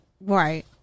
Right